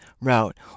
route